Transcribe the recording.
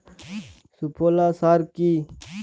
সুফলা সার কি?